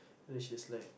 so she's like